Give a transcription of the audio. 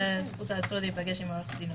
זכות העצור להיפגש עם עורך דינו.